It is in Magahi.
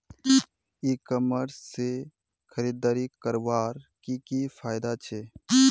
ई कॉमर्स से खरीदारी करवार की की फायदा छे?